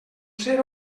ser